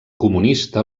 comunista